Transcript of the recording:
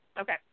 Okay